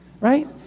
right